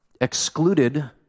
excluded